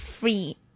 free